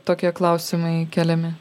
tokie klausimai keliami